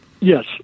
Yes